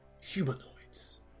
humanoids